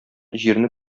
җирне